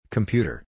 Computer